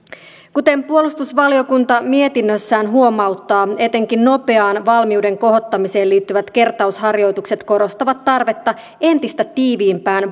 kuten puolustusvaliokunta mietinnössään huomauttaa etenkin nopeaan valmiuden kohottamiseen liittyvät kertausharjoitukset korostavat tarvetta entistä tiiviimpään